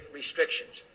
restrictions